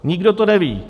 Nikdo to neví.